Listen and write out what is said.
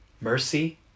Mercy